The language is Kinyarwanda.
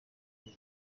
gihe